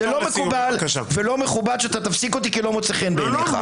זה לא מקובל ולא מכובד שאתה תפסיק אותי כי לא מוצא חן בעיניך.